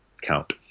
count